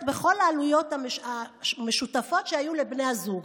בכל העלויות המשותפות שהיו לבני הזוג.